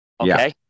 okay